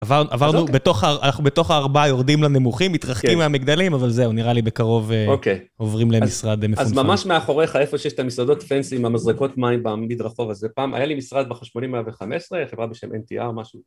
עברנו, אנחנו בתוך הארבעה יורדים לנמוכים, מתרחקים מהמגדלים, אבל זהו, נראה לי, בקרוב עוברים למשרד מפונפן. אז ממש מאחוריך, איפה שיש את המסעדות הפנסיים, המזרקות מים במדרחוב הזה פעם, היה לי משרד בשחמונאים 115, חברה בשם NTR, משהו.